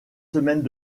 semaines